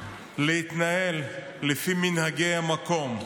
להתנהל לפי מנהיג המקום.